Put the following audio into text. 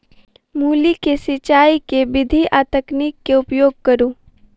मूली केँ सिचाई केँ के विधि आ तकनीक केँ उपयोग करू?